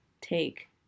take